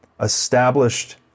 established